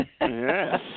Yes